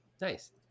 Nice